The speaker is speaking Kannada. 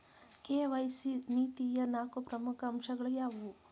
ಕೆ.ವೈ.ಸಿ ನೀತಿಯ ನಾಲ್ಕು ಪ್ರಮುಖ ಅಂಶಗಳು ಯಾವುವು?